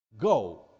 go